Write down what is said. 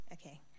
Okay